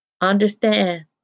Understand